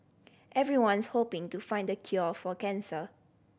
everyone's hoping to find the cure for cancer